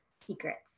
secrets